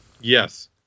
Yes